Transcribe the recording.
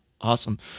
awesome